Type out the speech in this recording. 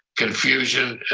confusion,